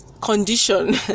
condition